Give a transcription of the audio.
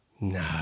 No